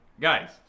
Guys